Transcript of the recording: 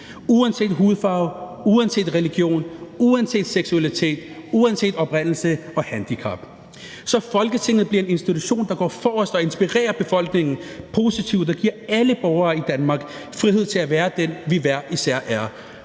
uanset hudfarve, uanset religion, uanset seksualitet, uanset oprindelse og handicap, så Folketinget bliver en institution, der går forrest og inspirerer befolkningen positivt og giver alle borgere i Danmark frihed til at være den, vi hver